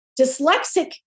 dyslexic